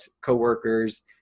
coworkers